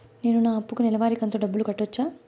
నేను నా అప్పుకి నెలవారి కంతు డబ్బులు కట్టొచ్చా?